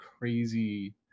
crazy